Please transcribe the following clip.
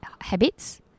Habits